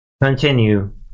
continue